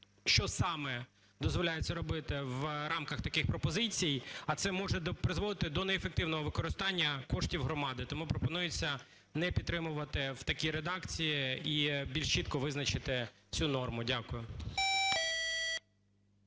що саме дозволяється робити в рамках таких пропозицій, а це може призводити до неефективного використання коштів громади. Тому пропонується не підтримувати в такій редакції і більш чітко визначити цю норму. Дякую.